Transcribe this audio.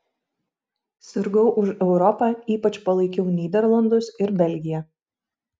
sirgau už europą ypač palaikiau nyderlandus ir belgiją